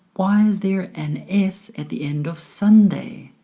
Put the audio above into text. why is there an s at the end of sunday?